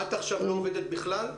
את עכשיו לא עובדת בכלל?